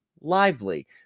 lively